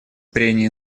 прения